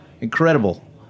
incredible